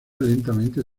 lentamente